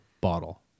bottle